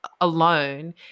alone